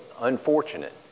unfortunate